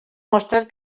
mostrat